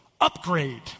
upgrade